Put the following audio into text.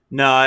no